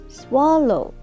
swallow